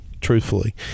truthfully